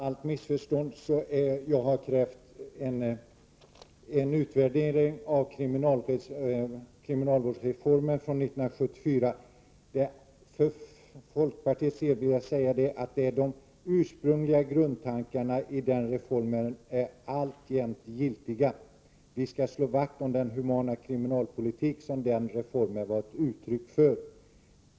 Herr talman! Vi har krävt en utvärdering av kriminalvårdsreformen från 1974. För undvikande av missförstånd vill jag säga att för folkpartiets del är de ursprungliga grundtankarna i den reformen alltjämt giltiga. Vi skall naturligtvis slå vakt om den humana kriminalvård som den reformen var ett uttryck för!